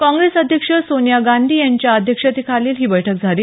काँग्रेस अध्यक्ष सोनिया गांधी यांच्या अध्यक्षतेखाली ही बैठक झाली